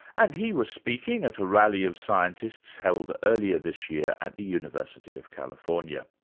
and he was speaking at a rally of scientists held earlier this year at the university of california.